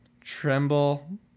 Tremble